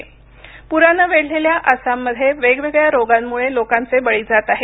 आसाम पुरानं वेढलेल्या आसाममध्ये वेगवेगळ्या रोगांमुळे लोकांचे बळी जात आहेत